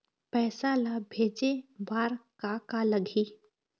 पैसा ला भेजे बार का का लगही?